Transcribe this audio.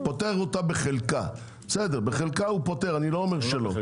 בסדר, בחלקה הוא פותר אותה, אני לא אומר שלא.